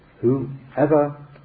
Whoever